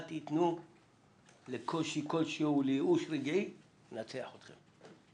אל תיתנו לקושי כלשהו, לייאוש רגעי לנצח אתכם.